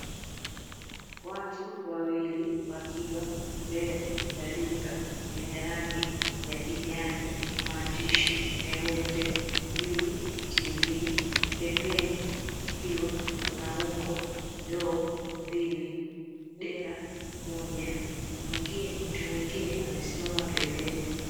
Watu wawili wakiwa mbele ya duka yenye rangi ya kijani na maandishi meupe juu televisheni pembeni kukiwa kuna ungo, ndoo mbili, dera moja, mtu mwengine amesimama pembeni.